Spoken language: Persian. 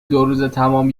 دوروزتمام